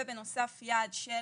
ובנוסף, יעד של